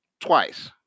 twice